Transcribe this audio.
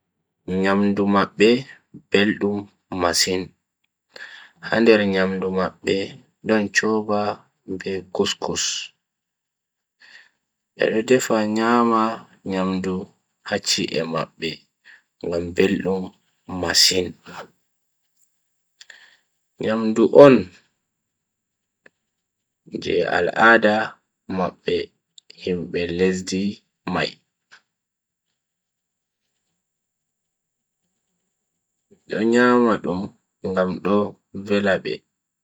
Nyamdu mabbe beldum masin, ha nder nyamdu mabbe don, chorba, be couscous. bedo defa nyama nyamdu ha chi'e mabbe ngam beldum masin. nyamdu on je al'ada mabbe himbe lesdi mai do nyama dum ngam do vela be.